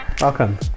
welcome